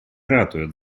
ратует